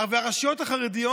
הרשויות החרדיות